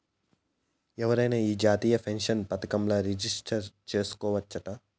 ఎవరైనా ఈ జాతీయ పెన్సన్ పదకంల రిజిస్టర్ చేసుకోవచ్చట